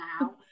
now